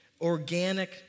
organic